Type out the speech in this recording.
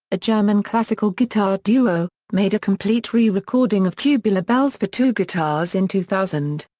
a german classical guitar duo, made a complete re-recording of tubular bells for two guitars in two thousand.